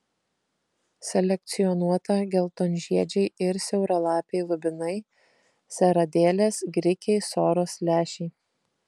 selekcionuota geltonžiedžiai ir siauralapiai lubinai seradėlės grikiai soros lęšiai